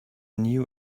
new